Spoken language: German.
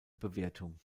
bewertung